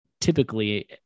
typically